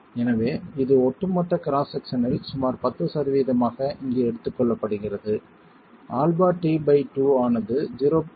எனவே இது மொத்த கிராஸ் செக்சனில் சுமார் 10 சதவீதமாக இங்கே எடுத்துக் கொள்ளப்படுகிறது αt2 ஆனது 0